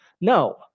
No